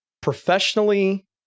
professionally